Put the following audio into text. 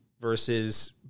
versus